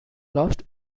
lost